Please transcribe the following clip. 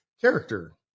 character